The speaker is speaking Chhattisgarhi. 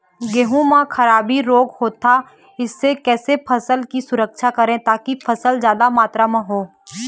गेहूं म खराबी रोग होता इससे कैसे फसल की सुरक्षा करें ताकि फसल जादा मात्रा म हो?